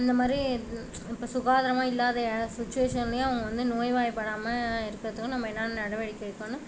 அந்தமாரி இப்ப சுகாதாரமா இல்லாத சுச்சிவேசன்லயும் அவுங்க வந்து நோய்வாய்ப்படாமல் இருக்கிறதுக்கு நம்ம என்னென்ன நடவடிக்கை எடுக்கணும்னு